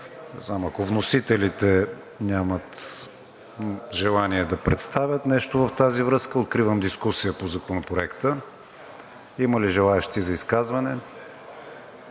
Ако вносителите нямат желание да представят нещо в тази връзка, откривам дискусия по Законопроекта. Има ли желаещи за изказване?